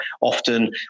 Often